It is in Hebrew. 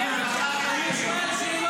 אדוני היושב-ראש, אתה לא יכול לעמוד שם,